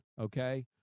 okay